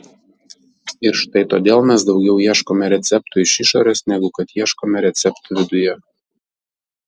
ir štai todėl mes daugiau ieškome receptų iš išorės negu kad ieškome receptų viduje